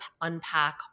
unpack